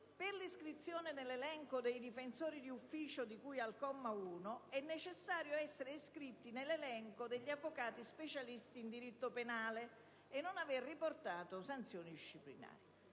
«Per l'iscrizione nell'elenco dei difensori di ufficio di cui al comma 1 è necessario essere iscritti nell'elenco degli avvocati specialisti in diritto penale e non avere riportato sanzioni disciplinari».